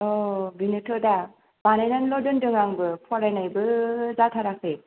औ बिनोथ' दा बानायनानैल' दोन्दों आंबो फरायनायबो जाथाराखै